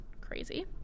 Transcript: crazy